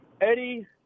Eddie